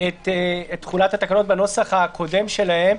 את תחולת התקנות בנוסח הקודם שלהן.